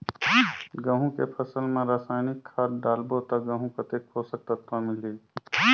गंहू के फसल मा रसायनिक खाद डालबो ता गंहू कतेक पोषक तत्व मिलही?